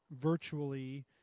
virtually